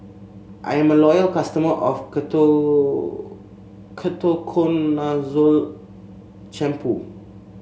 I'm a loyal customer of Ketoconazole Shampoo